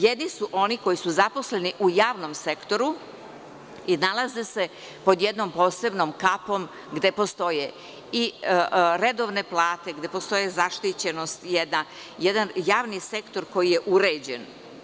Jedni su oni koji su zaposleni u javnom sektoru i nalaze se pod jednom posebnom kapom gde postoje i redovne plate, zaštićenost, jedan javni sektor koji je uređen.